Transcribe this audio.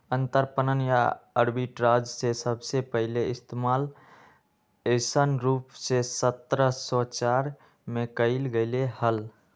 अंतरपणन या आर्बिट्राज के सबसे पहले इश्तेमाल ऐसन रूप में सत्रह सौ चार में कइल गैले हल